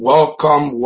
Welcome